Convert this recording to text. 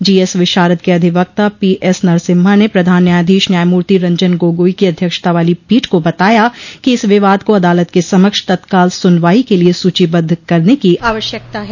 GS Visharad के अधिवक्ता P S Narasimha ने प्रधान न्यायधीश न्यायमूर्ति रंजन गोगोई की अध्यक्षता वाली पीठ को बताया कि इस विवाद को अदालत के समक्ष तत्काल सुनवाई के लिए सूचीबद्ध करने की आवश्यकता है